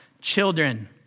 children